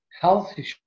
healthy